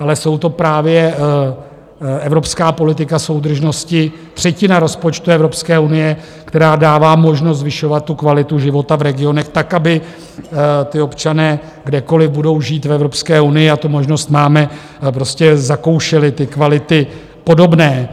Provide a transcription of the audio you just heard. Ale je to právě evropská politika soudržnosti, třetina rozpočtu Evropské unie, která dává možnost zvyšovat tu kvalitu života v regionech tak, aby občané, kdekoliv budou žít v Evropské unii, a tu možnost máme, prostě zakoušeli ty kvality podobné.